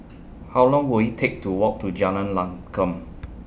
How Long Will IT Take to Walk to Jalan Lankum